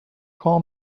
call